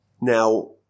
Now